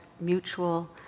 mutual